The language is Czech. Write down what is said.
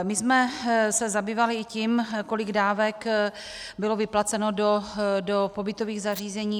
My jsme se zabývali i tím, kolik dávek bylo vyplaceno do pobytových zařízení.